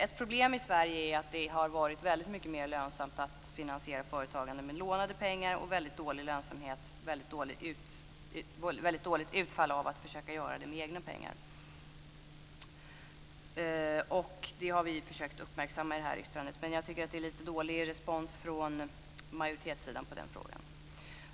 Ett problem i Sverige är att det har varit mycket lönsamt att finansiera företagande med lånade pengar och väldigt dåligt utfall av att försöka göra det med egna pengar. Det har vi försökt uppmärksamma i detta betänkande. Men jag tycker att det är lite dålig respons från majoritetssidan i den frågan.